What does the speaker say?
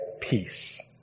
peace